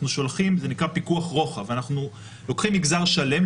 אנחנו שולחים זה נקרא פיקוח רוחב אנחנו לוקחים מגזר שלם,